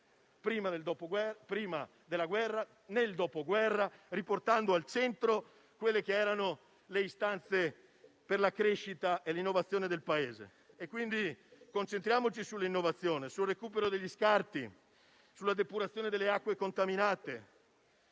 prima della guerra o nel dopoguerra, riportando al centro le istanze per la crescita e l'innovazione del Paese. Concentriamoci quindi sull'innovazione, sul recupero degli scarti, sulla depurazione delle acque contaminate,